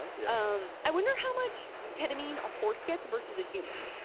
yeah um i wonder how much ketamine a horse gets versus a human.